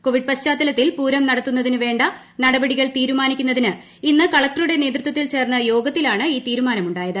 കോവിഡ്പശ്ചാത്തലത്തിൽ പൂരം നടത്തുന്നതിന് വേണ്ട നടപടികൾ തീരുമാനിക്കുന്നതിന് ഇന്ന് കളക്ടറുടെ നേതൃത്വത്തിൽ ചേർന്ന യോഗത്തിലാണ് ഈ തീരുമാനം ഉണ്ടായത്